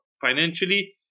financially